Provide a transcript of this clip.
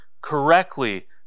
correctly